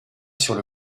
sur